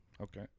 Okay